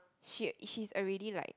she she is already like